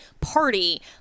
Party